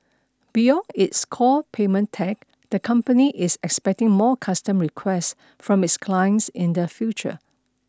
beyond its core payment tech the company is expecting more custom request from its clients in the future